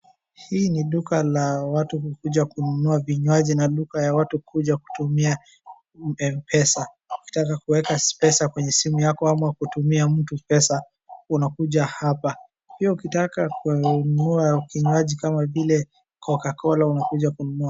Hii ni duka la watu kukuja kununua vinywaji na duka ya watu kuja kutumia M-PESA. Ukitaka kuweka pesa kwenye simu yako ama kutumia mtu pesa unakuja hapa. Pia ukitaka kununua vinywaji kama vile COCACOLA unakuja kununua.